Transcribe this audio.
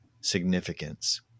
significance